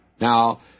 Now